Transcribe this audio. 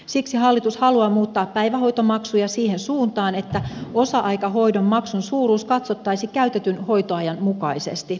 siksi hallitus haluaa muuttaa päivähoitomaksuja siihen suuntaan että osa aikahoidon maksun suuruus katsottaisiin käytetyn hoitoajan mukaisesti